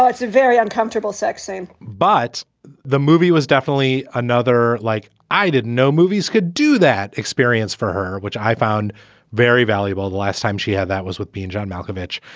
ah it's a very uncomfortable sex scene, but the movie was definitely another like i didn't know movies could do that experience for her, which i found very valuable. the last time she had that was with being john malkovich.